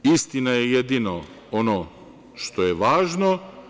Istina je jedino ono što je važno.